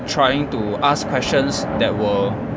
trying to ask questions that were